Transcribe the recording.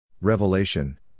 Revelation